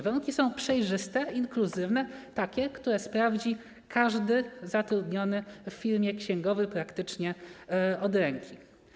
Warunki są przejrzyste, inkluzywne, takie, które sprawdzi każdy zatrudniony w firmie księgowy praktycznie od ręki.